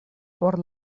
por